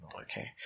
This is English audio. Okay